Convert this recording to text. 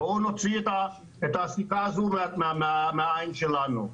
בואו נוציא את הסיבה הזו מהעין שלנו.